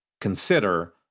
consider